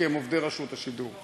כי הם עובדי רשות השידור.